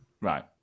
right